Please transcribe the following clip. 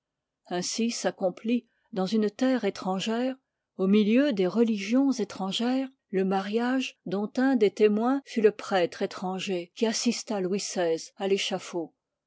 ainsi s'accomplit dans une terre étrani part gère au milieu des religions étrangères le liv ii mariage dont un des témoins fut le prêtre étranger qui assista louis xvi à téchafaud